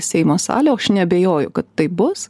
seimo salę o aš neabejoju kad taip bus